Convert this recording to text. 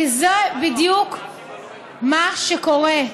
כי זה בדיוק מה שקורה.